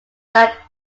like